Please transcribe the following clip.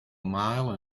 mile